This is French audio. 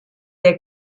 est